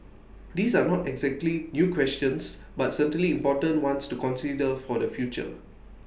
these are not exactly new questions but certainly important ones to consider for the future